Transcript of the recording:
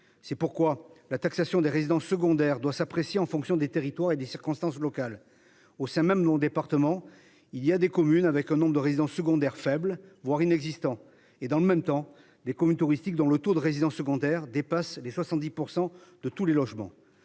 C'est pourquoi la taxation des résidences secondaires doit s'apprécier en fonction des territoires et des circonstances locales au sein même non départements il y a des communes, avec un nombre de résidences secondaires faible voire inexistant et dans le même temps des communes touristiques dans le taux de résidences secondaires dépasse les 70% de tous les logements.